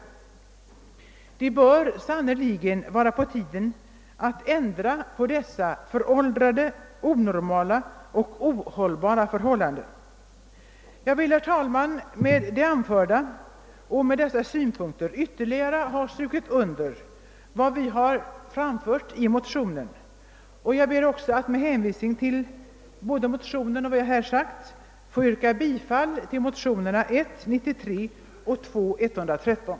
Det bör sannerligen vara på tiden nu att ändra på detta föråldrade, onormala och ohållbara förhållande. Herr talman! Med de anförda synpunkterna har jag velat ytterligare understryka vad vi anfört i våra motioner, och med hänvisning till vad jag här sagt och vad som framhållits i motionerna ber jag att få yrka bifall till motionerna I: 93 och II: 113.